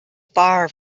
far